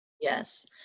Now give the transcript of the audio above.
Yes